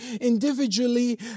individually